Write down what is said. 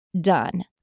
done